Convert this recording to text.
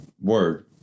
word